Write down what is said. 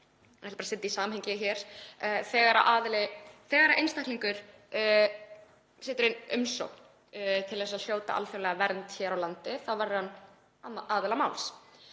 Þegar einstaklingur sendir inn umsókn til að hljóta alþjóðlega vernd hér á landi verður hann aðili máls.